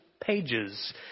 pages